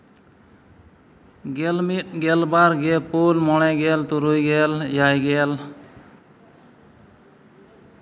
ᱜᱮᱞ ᱢᱤᱫ ᱜᱮᱞ ᱵᱟᱨ ᱜᱮ ᱯᱩᱱ ᱢᱚᱬᱮ ᱜᱮᱞ ᱛᱩᱨᱩᱭ ᱜᱮᱞ ᱮᱭᱟᱭ ᱜᱮᱞ